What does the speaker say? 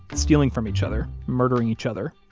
stealing from each other, murdering each other,